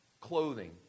clothing